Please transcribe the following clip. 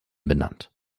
benannt